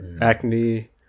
acne